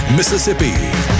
Mississippi